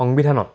সংবিধানত